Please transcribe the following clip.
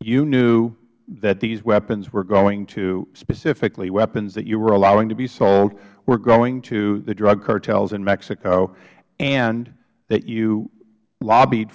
you knew that these weapons were going toh specifically weapons that you were allowing to be sold were going to the drug cartels in mexico and that you lobbied